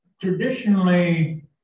Traditionally